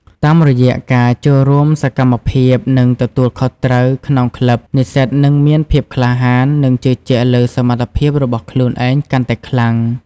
តាមរយៈការចូលរួមសកម្មភាព និងទទួលខុសត្រូវក្នុងក្លឹប និស្សិតនឹងមានភាពក្លាហាន និងជឿជាក់លើសមត្ថភាពរបស់ខ្លួនឯងកាន់តែខ្លាំង។